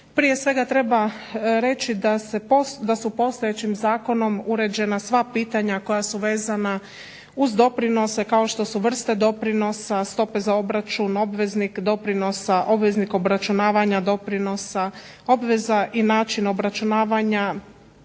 Prije svega treba reći da su postojećim zakonom uređena sva pitanja koja su vezana uz doprinose kao što su vrste doprinosa, stope za obračun, obveznik doprinosa, obveznik obračunavanja doprinosa, obveza i način obračunavanja,